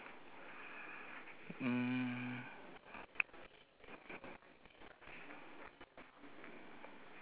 wait okay one moment